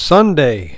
Sunday